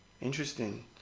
Interesting